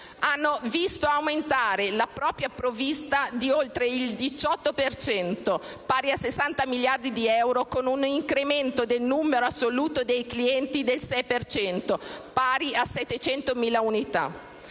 Hanno visto aumentare la loro provvista di oltre il 18 per cento, pari a 60 miliardi di euro, con un incremento del numero assoluto dei clienti del 6 per cento, pari a 700.000 unità.